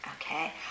Okay